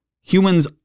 Humans